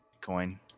coin